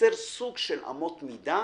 ולייצר סוג של אמות מידה,